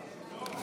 עד 807, כולל.